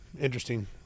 interesting